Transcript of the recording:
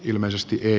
ilmeisesti ei